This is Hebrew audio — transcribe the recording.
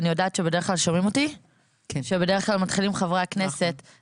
אני יודעת שבדרך כלל מתחילים חברי הכנסת,